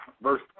Verse